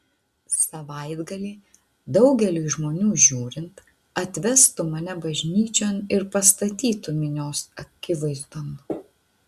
savaitgalį daugeliui žmonių žiūrint atvestų mane bažnyčion ir pastatytų minios akivaizdon